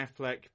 Affleck